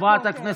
שקט.